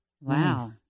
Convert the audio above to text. Wow